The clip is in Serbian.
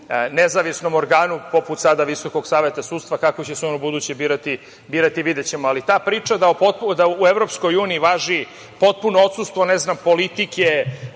nezavisnom organu, poput sada Visokog saveta sudstva. Kako će se ono ubuduće birati, videćemo. Ta priča da u Evropskoj uniji važi potpuno odsustvo, ne znam, politike